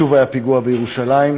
שוב היה פיגוע בירושלים.